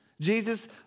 Jesus